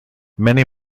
many